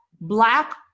black